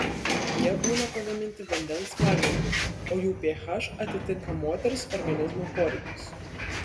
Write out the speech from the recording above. jie būna pagaminti vandens pagrindu o jų ph atitinka moters organizmo poreikius